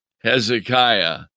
Hezekiah